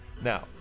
Now